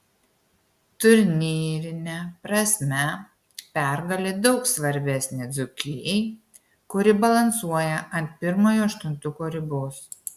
turnyrine prasme pergalė daug svarbesnė dzūkijai kuri balansuoja ant pirmojo aštuntuko ribos